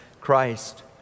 Christ